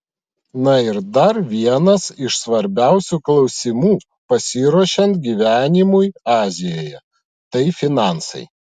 na ir dar vienas iš svarbiausių klausimų pasiruošiant gyvenimui azijoje tai finansai